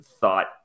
thought